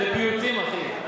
זה פיוטים, אחי.